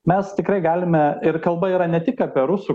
mes tikrai galime ir kalba yra ne tik apie rusų